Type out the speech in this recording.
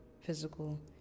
physical